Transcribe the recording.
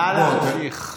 נא להמשיך.